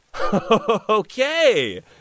Okay